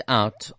out